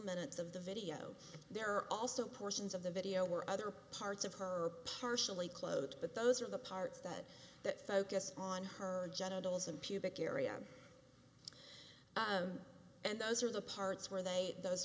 minutes of the video there are also portions of the video or other parts of her partially clothed but those are the parts that that focus on her genitals and pubic area and those are the parts where they those